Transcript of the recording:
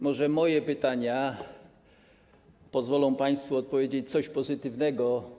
Może moje pytania pozwolą państwu powiedzieć coś pozytywnego.